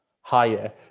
higher